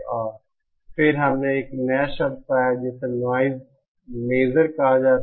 और फिर हमने एक नया शब्द पाया जिसे नॉइज़ मेजर कहा जाता है